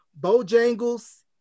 Bojangles